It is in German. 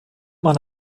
man